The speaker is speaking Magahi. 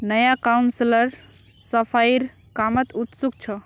नया काउंसलर सफाईर कामत उत्सुक छ